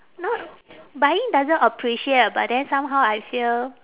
no buying doesn't appreciate but then somehow I feel